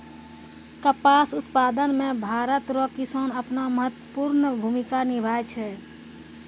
कपास उप्तादन मे भरत रो किसान अपनो महत्वपर्ण भूमिका निभाय छै